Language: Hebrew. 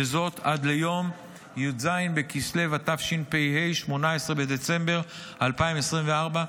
וזאת עד ליום י"ז בכסלו התשפ"ה, 18 בדצמבר 2024,